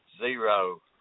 Zero